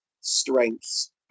strengths